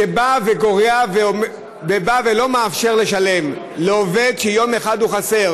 שבא וגורע ולא מאפשר לשלם לעובד שיום אחד הוא חסר,